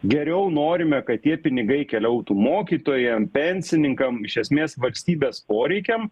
geriau norime kad tie pinigai keliautų mokytojam pensininkam iš esmės valstybės poreikiam